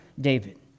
David